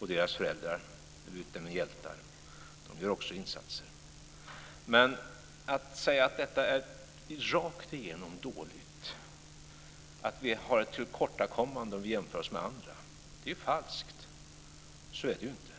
och deras föräldrar när ni utnämner hjältar. De gör också insatser. Men att säga att detta rakt igenom är dåligt och att vi känner ett tillkortakommande om vi jämför oss med andra är falskt. Så är det inte.